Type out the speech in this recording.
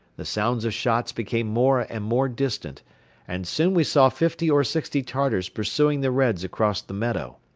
the sounds of shots became more and more distant and soon we saw fifty or sixty tartars pursuing the reds across the meadow.